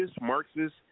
Marxist